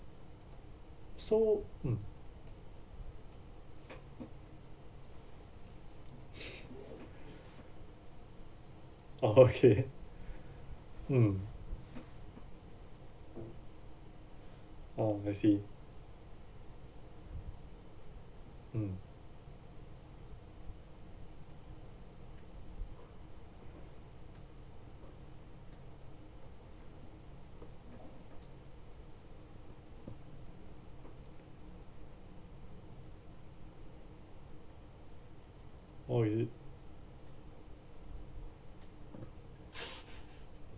so mm okay mm oh I see mm oh is it